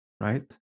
right